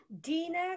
Dina